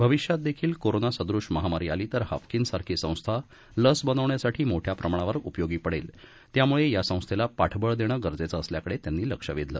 भविष्यात देखील कोरोना सदृष महामारी आली तर हाफकिन सारखी संस्था लस बनवण्यासाठी मोठ्या प्रमाणावर उपय़ोगी पडेल त्यामुळे या संस्थेला पाठबळ देणं गरजेचं असल्याकडे त्यांनी लक्ष वेधलं